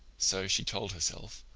so she told herself,